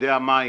תאגידי המים